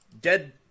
dead